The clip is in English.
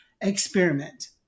experiment